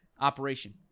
operation